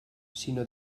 sinó